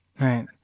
Right